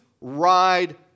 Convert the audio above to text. ride